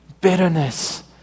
bitterness